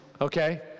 okay